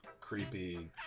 creepy